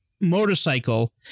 motorcycle